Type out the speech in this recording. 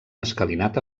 escalinata